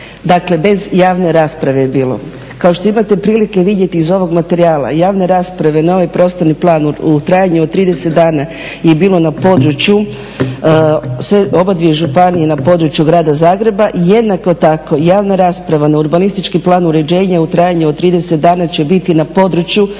dakle bez javne rasprave je bilo. Kao što imate prilike vidjeti iz ovog materijala javne rasprave na ovaj prostorni plan u trajanju od 30 dana je bilo na području obadvije županije i na području Grada Zagreba, jednako tako javna rasprava na urbanistički plan uređenja u trajanju od 30 dana će biti na području